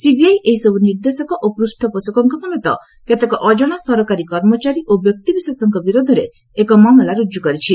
CBI ଏହିସବୁ ନିର୍ଦ୍ଦେଶକ ଓ ପୂଷ୍ଣପୋଷକଙ୍କ ସମେତ କେତେକ ଅଜଣା ସରକାରୀ କର୍ମଚାରୀ ଓ ବ୍ୟକ୍ତିବିଶେଷଙ୍କ ବିରୋଧରେ ଏକ ମାମଲା ରୁଜୁ କରିଛି